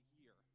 year